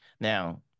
Now